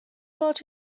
about